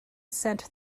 sent